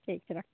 ठीक छै रखु